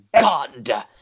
God